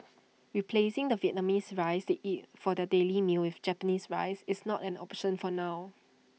replacing the Vietnamese rice they eat for their daily meals with Japanese rice is not an option for now